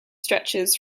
stretches